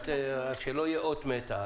שזה לא יהיה אות מתה,